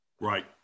right